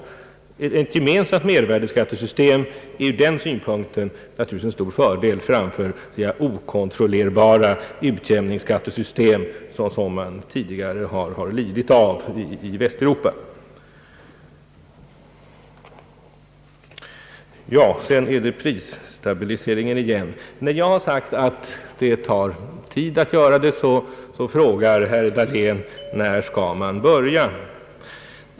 Ett gemensamt mervärdeskattesystem är ur denna synpunkt naturligtvis till stor fördel jämfört med det mera okontrollerbara utjämningsskattesystem som man tidigare lidit av i Västeuropa. Jag vill så ta upp prisstabiliseringen igen. När jag framhållit att det tar tid att genomföra denna frågar herr Dahlén när man skall börja.